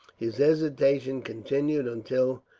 his hesitation continued until,